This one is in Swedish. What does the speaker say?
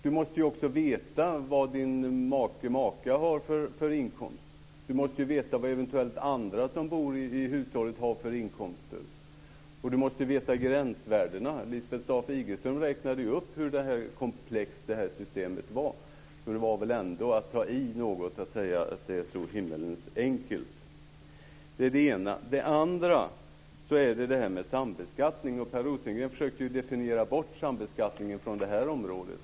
Du måste ju också veta vad din make eller maka har för inkomst och vad eventuellt andra som bor i hushållet har för inkomster. Dessutom måste du veta gränsvärdena. Lisbeth Staaf-Igelström hade en uppräkning kring hur komplext systemet är, så det var väl ändå att ta i något att säga att systemet är så himmelens enkelt. Det var det ena. Det andra gäller sambeskattningen, som Per Rosengren försökte definiera bort från det här området.